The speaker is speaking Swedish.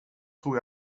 tror